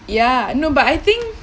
ya no but I think